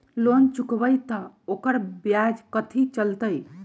Loan चुकबई त ओकर ब्याज कथि चलतई?